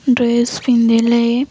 dress ପିନ୍ଧିଲେ